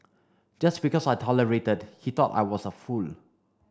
just because I tolerated he thought I was a fool